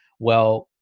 well,